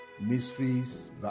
mysteries